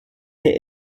hit